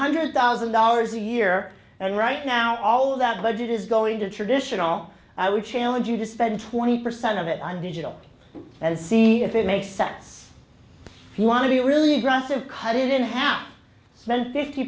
hundred thousand dollars a year and right now all that budget is going to traditional i would challenge you to spend twenty percent of it on digital and see if it makes sense if you want to be really aggressive cut it in half spend fifty